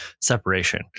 separation